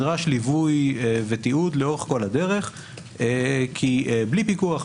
ליווי ותיעוד לאורך כל הדרך כי בלי פיקוח,